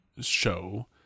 show